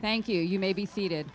thank you you may be seated